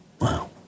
Wow